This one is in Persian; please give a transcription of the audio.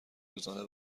روزانه